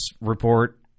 Report